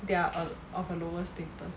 there are uh of a lower status